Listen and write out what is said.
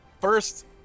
First